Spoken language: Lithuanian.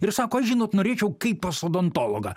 ir sako aš žinot norėčiau kaip pas odontologą